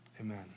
Amen